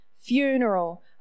Funeral